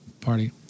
party